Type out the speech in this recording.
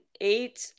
Eight